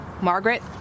Margaret